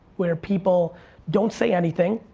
where people don't say anything,